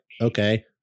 okay